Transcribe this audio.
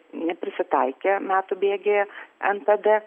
neprisitaikę metų bėgyje npd